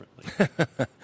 differently